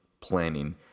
planning